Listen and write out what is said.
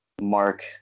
Mark